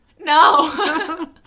no